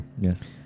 Yes